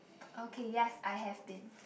okay yes I have been